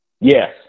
Yes